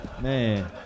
Man